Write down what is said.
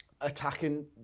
Attacking